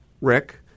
Rick